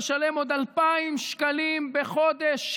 לשלם עוד 2,000 שקלים בחודש,